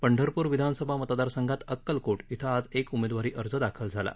पंढरप्र विधानसभा मतदारसंघात अक्कलकोट इथं आज एक उमेदवारी अर्ज दाखल झाला आहे